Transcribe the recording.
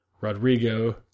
Rodrigo